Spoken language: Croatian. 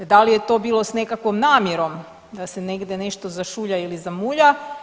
Da li je to bilo s nekakvom namjerom da se negdje nešto zašulja ili zamulja?